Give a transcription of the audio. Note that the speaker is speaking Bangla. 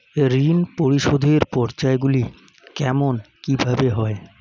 ঋণ পরিশোধের পর্যায়গুলি কেমন কিভাবে হয়?